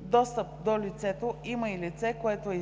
Достъп до досието има и лице, което е